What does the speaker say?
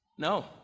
No